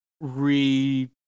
re